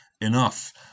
enough